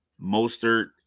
Mostert